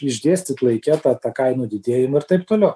išdėstyt laike tą tą kainų didėjimą ir taip toliau